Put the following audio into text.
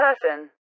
person